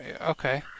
Okay